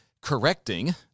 correcting